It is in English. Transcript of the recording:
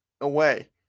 away